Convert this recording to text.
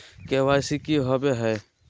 KYC की हॉबे हय?